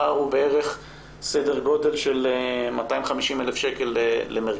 הפער הוא בערך סדר גודל של 250,000 למרכז.